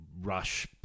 rush